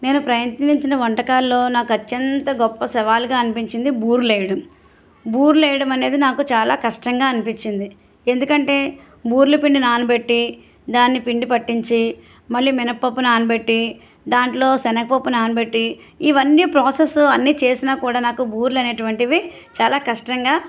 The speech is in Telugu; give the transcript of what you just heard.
నేనూ ప్రయత్నించిన వంటకాల్లో నాకు అత్యంత గొప్ప సవాలుగా అనిపించింది బూరెలు వేయడం బూరెలు వేయడం అనేది నాకు చాలా కష్టంగా అనిపించింది ఎందుకంటే బూరెల పిండి నానబెట్టి దాన్ని పిండి పట్టించి మళ్ళీ మినపప్పు నానబెట్టి దాంట్లో శనగపప్పు నానబెట్టి ఇవన్నీ ప్రాసెస్ అన్నీ చేసినా కూడా నాకు బురెలు అనేటువంటివి చాలా కష్టంగా